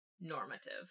normative